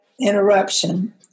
interruption